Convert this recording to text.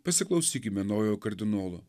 pasiklausykime naujojo kardinolo